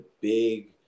big